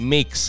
Mix